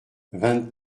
vingt